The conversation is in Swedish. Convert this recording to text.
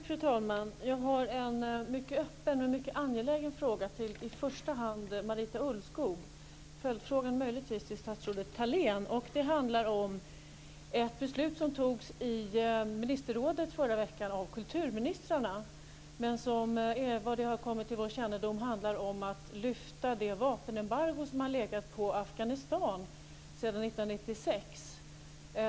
Fru talman! Jag har en mycket öppen, men mycket angelägen fråga till i första hand Marita Ulvskog. Följdfrågan kan möjligtvis riktas till statsrådet Frågan gäller ett beslut som fattades av kulturministrarna i ministerrådet förra veckan. Såvitt det har kommit till vår kännedom handlar den om att lyfta det vapenembargo som har legat på Afghanistan sedan 1996.